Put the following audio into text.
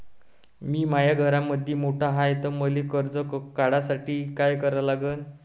मी माया घरामंदी मोठा हाय त मले कर्ज काढासाठी काय करा लागन?